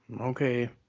okay